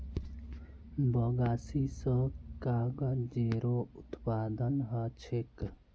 बगासी स कागजेरो उत्पादन ह छेक